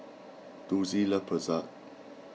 Dulcie loves Pretzel